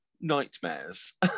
nightmares